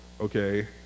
okay